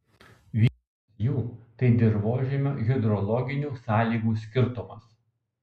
vienas jų tai dirvožemio hidrologinių sąlygų skirtumas